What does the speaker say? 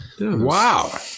Wow